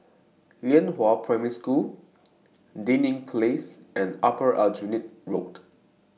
Lianhua Primary School Dinding Place and Upper Aljunied Road